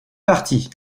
parti